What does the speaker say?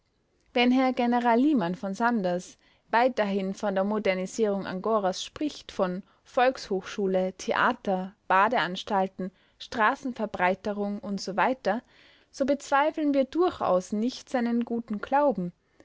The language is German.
wenn herr general liman v sanders weiterhin von der modernisierung angoras spricht von volkshochschule theater badeanstalten straßenverbreiterung usw so bezweifeln wir durchaus nicht seinen guten glauben